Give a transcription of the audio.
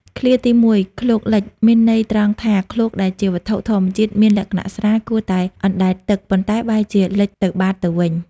ឃ្លាទីមួយ "ឃ្លោកលិច" មានន័យត្រង់ថា ឃ្លោកដែលជាវត្ថុធម្មជាតិមានលក្ខណៈស្រាល គួរតែអណ្ដែតទឹក ប៉ុន្តែបែរជាលិចទៅបាតទៅវិញ។